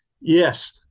yes